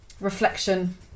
reflection